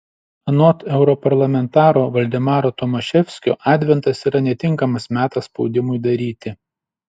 anot europarlamentaro valdemaro tomaševskio adventas yra netinkamas metas spaudimui daryti